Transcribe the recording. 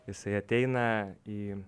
jisai ateina į